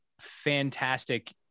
fantastic